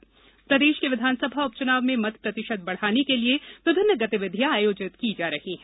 चुनाव स्वीप तैयारी प्रदेश के विधानसभा उपचुनाव में मत प्रतिशत बढ़ाने के लिए विभिन्न गतिविधियां आयोजित की जा रही है